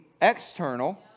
external